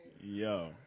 Yo